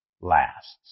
lasts